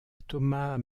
thomas